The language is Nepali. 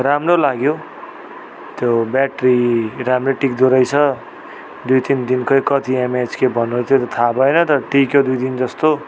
राम्रो लाग्यो त्यो ब्याट्री राम्रै टिक्दो रहेछ दुई तिन दिनकै कति एम एच के भन्नुहुँदैथ्यो त्यो त थाहा भएन तर टिक्यो दुई दिन जस्तो